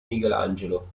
michelangelo